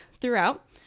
throughout